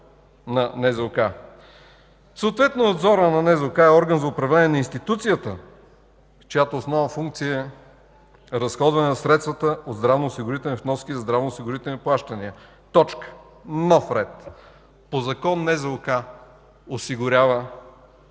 на НЗОК. Съответно Надзорът на НЗОК е орган за управление на институцията, чиято основна функция е разходване на средствата от здравноосигурителни вноски, здравноосигурителни плащания. Точка. По закон НЗОК осигурява